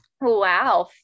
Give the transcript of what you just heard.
Wow